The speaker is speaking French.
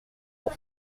pour